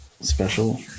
Special